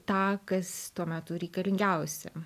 tą kas tuo metu reikalingiausia